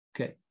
okay